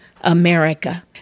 America